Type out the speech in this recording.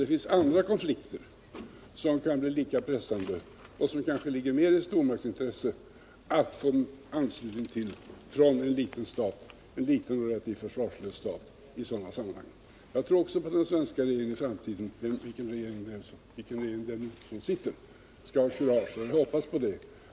Det finns andra konflikter som kan bli lika pressande och där det kanske ligger mer i stormakts intresse att få anslutning från en liten, relativt försvarslös stat. Jag tror också att den svenska regeringen i framtiden, vilken regering som än sitter, skall ha kurage, och jag hoppas på det.